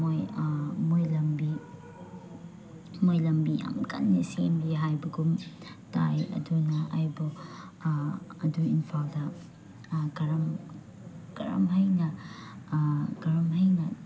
ꯃꯣꯏ ꯃꯣꯏ ꯂꯝꯕꯤ ꯃꯣꯏ ꯂꯝꯕꯤ ꯌꯥꯝ ꯀꯟꯅ ꯁꯦꯝꯃꯤ ꯍꯥꯏꯕꯒꯨꯝ ꯇꯥꯏ ꯑꯗꯨꯅ ꯑꯩꯕꯨ ꯑꯗꯨ ꯏꯝꯐꯥꯜꯗ ꯀꯔꯝ ꯀꯔꯝꯍꯥꯏꯅ ꯀꯔꯝꯍꯥꯏꯅ